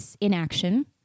inaction